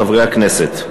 חברי הכנסת,